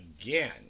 again